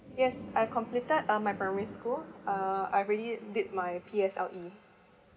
yes I've completed um my primary school uh I already did my P_S_L_E